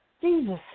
Jesus